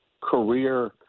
career